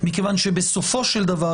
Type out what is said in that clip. מכיוון שבסופו של דבר,